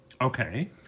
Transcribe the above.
Okay